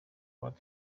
bari